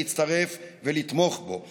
להצטרף ולתמוך בו.